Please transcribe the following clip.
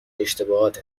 اشتباهات